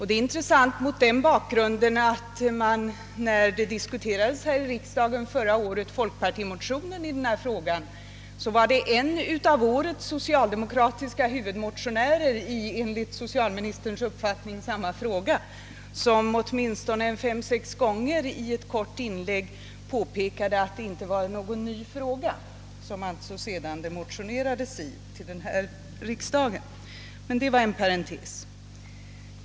Det är intressant, sett mot bakgrunden av att när folkpartiets motion i denna fråga diskuterades i riksdagen förra året, påpekade en av årets socialdemokratiska huvudmotionärer i denna enligt socialministern samma fråga flera gånger i sitt korta inlägg att det inte var någon ny fråga man motionerade om. Det där var emellertid en parentes.